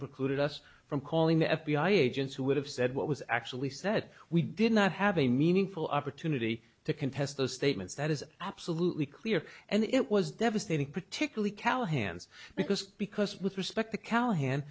precluded us from calling the f b i agents who would have said what was actually said we did not have a meaningful opportunity to contest those statements that is absolutely clear and it was devastating particularly callahan's because because with respect to callahan